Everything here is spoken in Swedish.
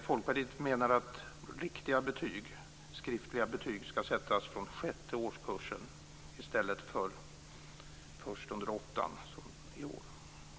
Folkpartiet menar att riktiga skriftliga betyg ska sättas från sjätte årskursen i stället för först under åttonde som nu.